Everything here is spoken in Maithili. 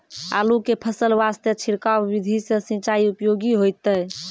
आलू के फसल वास्ते छिड़काव विधि से सिंचाई उपयोगी होइतै?